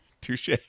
Touche